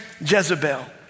Jezebel